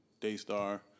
Daystar